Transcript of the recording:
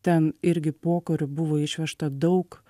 ten irgi pokariu buvo išvežta daug